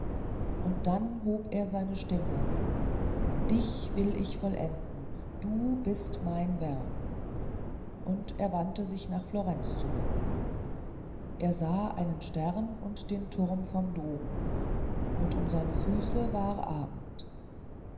und dann hob er seine stimme dich will ich vollenden du bist mein werk und er wandte sich nach florenz zurück er sah einen stern und den turm vom dom und um seine füße war abend